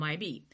MIB